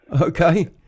Okay